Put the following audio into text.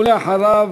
ואחריו,